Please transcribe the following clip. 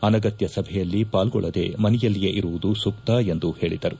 ಅನಗತ್ನ ಸಭೆಯಲ್ಲಿ ಪಾಲ್ಗೊಳ್ಳದೇ ಮನೆಯಲ್ಲಿಯೇ ಇರುವುದು ಸೂಕ್ತ ಎಂದು ಹೇಳಿದರು